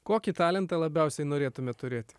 kokį talentą labiausiai norėtumėt turėti